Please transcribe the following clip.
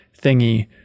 thingy